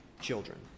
children